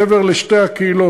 מעבר לשתי הקהילות,